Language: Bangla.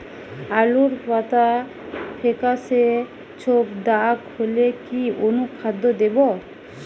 আলুর পাতা ফেকাসে ছোপদাগ হলে কি অনুখাদ্য দেবো?